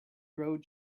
road